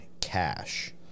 cash